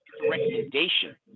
recommendation